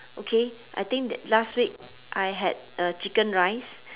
okay I think the last week I had uh chicken rice